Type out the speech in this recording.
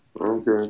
Okay